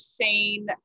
Shane